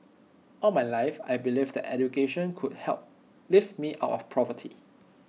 all my life I believed that education could help lift me out of poverty